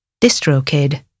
DistroKid